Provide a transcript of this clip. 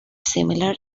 similar